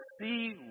see